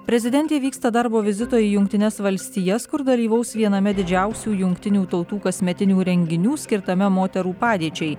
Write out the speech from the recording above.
prezidentė vyksta darbo vizito į jungtines valstijas kur dalyvaus viename didžiausių jungtinių tautų kasmetinių renginių skirtame moterų padėčiai